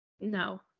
No